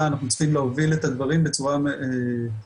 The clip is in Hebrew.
אנחנו צריכים להוביל את הדברים בצורה מאוזנת